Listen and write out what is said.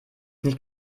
nicht